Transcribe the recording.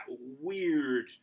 weird